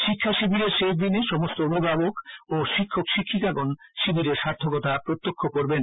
শিক্ষা শিবিরের শেষ দিনে সমস্ত অভিভাবক ও শিক্ষক শিক্ষকাগণ শিবিরের সার্খকতা প্রত্যক্ষ করবেন